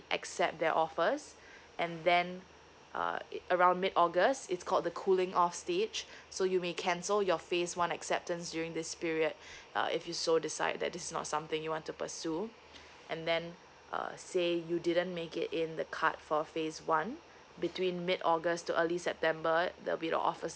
accept their offers and then uh it around mid august it's called the cooling off stage so you may cancel your phase one acceptance during this period uh if you so decide that this is not something you want to pursue and then uh say you didn't make it in the cut for phase one between mid august to early september there'll be an offer